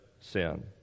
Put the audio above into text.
sin